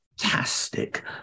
fantastic